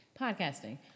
podcasting